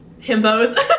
himbos